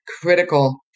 critical